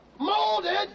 Molded